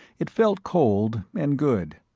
it felt cold and good.